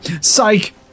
Psych